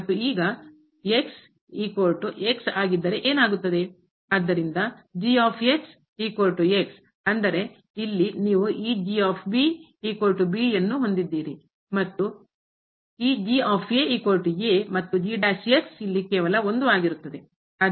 ಆದ್ದರಿಂದ ಅಂದರೆ ಇಲ್ಲಿ ನೀವು ಈ ಮತ್ತು ಈ ಮತ್ತು ಇಲ್ಲಿ ಕೇವಲ 1 ಆಗಿರುತ್ತದೆ